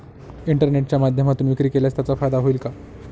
इंटरनेटच्या माध्यमातून विक्री केल्यास त्याचा फायदा होईल का?